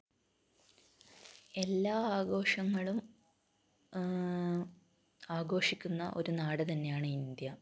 എല്ലാ ആഘോഷങ്ങളും ആഘോഷിക്കുന്ന ഒരു നാട് തന്നെയാണ് ഇന്ത്യ